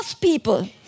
people